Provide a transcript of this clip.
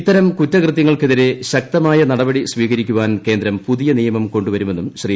ഇത്തരം കുറ്റകൃത്യങ്ങൾക്കെതിരെ ശക്തമായ നടപടി സ്വീകരിക്കാൻ കേന്ദ്രം പുതിയ നിയമം കൊണ്ടു വരുമെന്നും ശ്രീ